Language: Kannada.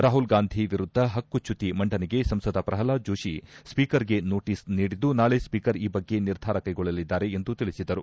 ರಾಹುಲ್ ಗಾಂಧಿ ವಿರುದ್ದ ಹಕ್ಕುಚ್ಕುತಿ ಮಂಡನೆಗೆ ಸಂಸದ ಪ್ರಲ್ವಾದ್ ಜೋತಿ ಸ್ವೀಕರ್ಗೆ ನೋಟಸ್ ನೀಡಿದ್ದು ನಾಳೆ ಸ್ವೀಕರ್ ಈ ಬಗ್ಗೆ ನಿರ್ಧಾರ ಕೈಗೊಳ್ಳಲಿದ್ದಾರೆ ಎಂದು ತಿಳಿಸಿದರು